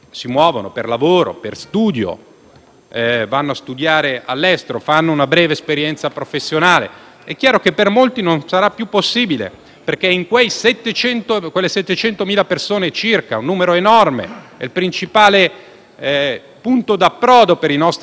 vanno a studiare all'estero o fanno una breve esperienza professionale. È chiaro che per molti non sarà più possibile perché per circa 700.000 persone - un numero enorme - quello è il principale punto d'approdo: per i nostri giovani che vogliono andare all'estero, e non solo